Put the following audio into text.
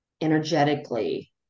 energetically